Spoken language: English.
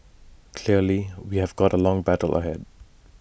clearly we've got A long battle ahead